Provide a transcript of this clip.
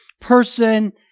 person